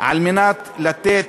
כדי לתת